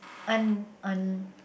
un~ un~